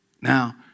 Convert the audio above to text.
Now